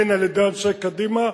הן על-ידי אנשי קדימה,